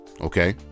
Okay